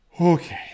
Okay